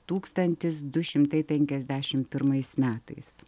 tūkstantis du šimtai penkiasdešim pirmais metais